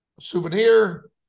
souvenir